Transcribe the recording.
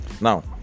Now